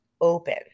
open